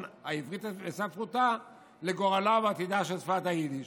העברית וספרותה לגורלה ועתידה של שפת היידיש.